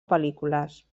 pel·lícules